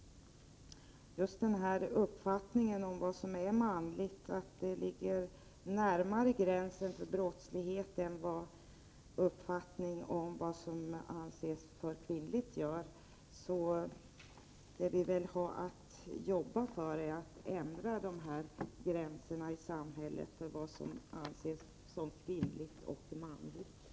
Just uppfattningen om att det som är manligt ligger närmare gränsen för brottslighet än det som uppfattas som kvinnligt visar att det vi behöver arbeta för är att ändra gränserna i samhället för vad som anses manligt och kvinnligt.